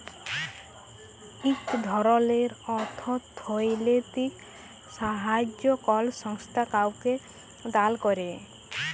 ইক ধরলের অথ্থলৈতিক সাহাইয্য কল সংস্থা কাউকে দাল ক্যরে